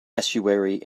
estuary